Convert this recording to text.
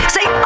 Say